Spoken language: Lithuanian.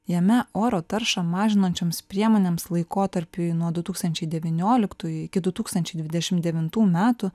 jame oro taršą mažinančioms priemonėms laikotarpiui nuo du tūkstančiai devynioliktųjų iki du tūkstančiai dvidešim devintų metų